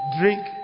drink